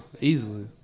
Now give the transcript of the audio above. Easily